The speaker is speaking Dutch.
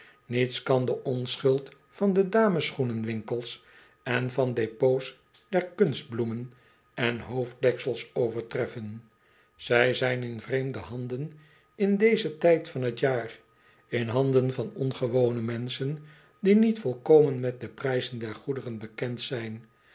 niets kan de onschuld van de damesschoenenwinkels en van depots der kunstbloemen en hoofddeksels overtreffen zij zijn in vreemde handen in dezen tijd van t jaar in handen van ongewone menschen die niet volkomen metde prijzen der goederen bekend zijn